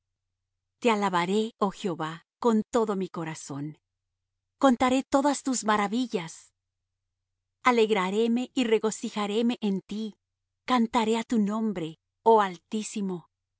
te alabaré oh jehová con todo mi corazón contaré todas tus maravillas alegraréme y regocijaréme en ti cantaré á tu nombre oh altísimo por